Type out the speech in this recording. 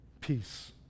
peace